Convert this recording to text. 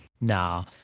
No